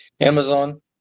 Amazon